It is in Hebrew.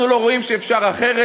אנחנו לא רואים שאפשר אחרת?